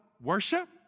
worship